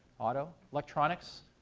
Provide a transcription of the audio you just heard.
auto? electronics?